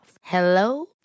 Hello